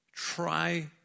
Try